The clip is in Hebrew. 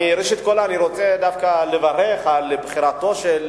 ראשית, אני רוצה דווקא לברך על בחירתו של